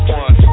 one